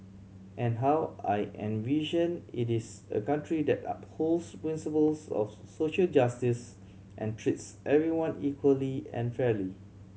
and how I envision it is a country that upholds principles of social justice and treats everyone equally and fairly